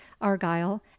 argyle